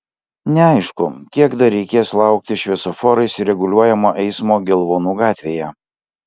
neaišku kiek dar reikės laukti šviesoforais reguliuojamo eismo gelvonų gatvėje